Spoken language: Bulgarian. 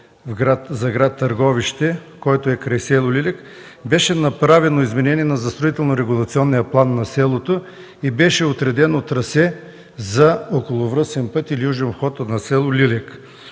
за гр. Търговище, който е край с. Лиляк, беше направено изменение за строително-регулационния план на селото и беше отредено трасе за околовръстен път или южен обход на с. Лиляк.